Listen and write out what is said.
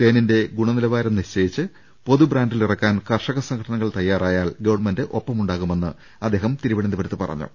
തേനിന്റെ ഗൂണനിലവാരം നിശ്ചയിച്ച് പൊതു ബ്രാന്റിൽ ഇറക്കാൻ കർഷക സംഘടനകൾ തയാറായാൽ ഗവൺമെന്റ് ഒപ്പമുണ്ടാകുമെന്ന് അദ്ദേഹം തിരുവനന്തപുരത്ത് പറഞ്ഞു